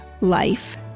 life